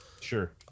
Sure